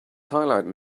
highlighting